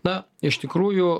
na iš tikrųjų